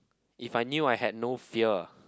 if I knew I had no fear